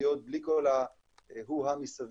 של הארכות החוק במקום לקיים דיון אמיתי.